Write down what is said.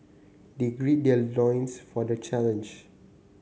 they gird their loins for the challenge